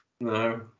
no